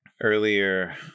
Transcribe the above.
earlier